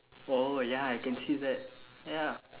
oh ya I can see that ya